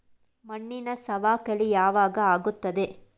ಮಣ್ಣಿನ ಸವಕಳಿ ಯಾವಾಗ ಆಗುತ್ತದೆ?